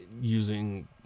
using